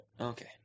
Okay